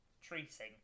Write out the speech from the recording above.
treating